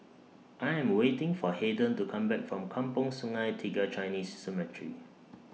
I Am waiting For Haden to Come Back from Kampong Sungai Tiga Chinese Cemetery